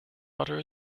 butter